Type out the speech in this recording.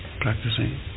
Practicing